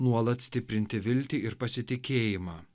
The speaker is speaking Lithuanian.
nuolat stiprinti viltį ir pasitikėjimą